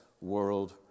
world